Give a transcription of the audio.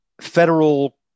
federal